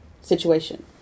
situation